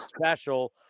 special